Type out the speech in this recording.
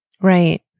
Right